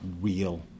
real